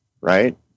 right